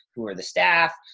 who are the staff,